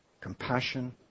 compassion